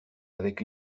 avec